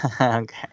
Okay